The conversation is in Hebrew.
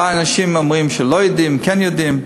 והאנשים אומרים שהם לא יודעים, כן יודעים.